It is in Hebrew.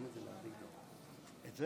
השר ישראל כץ.